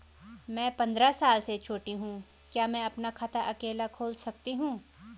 मैं पंद्रह साल से छोटी हूँ क्या मैं अपना खाता अकेला खोल सकती हूँ?